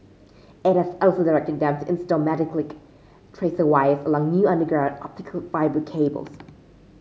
it has also directed them install metallic tracer wires along new underground optical fibre cables